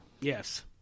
Yes